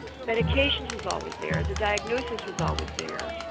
medications was always there, the diagnosis was always there.